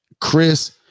Chris